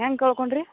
ಹ್ಯಾಂಗ ಕಳ್ಕೊಂಡ್ರಿ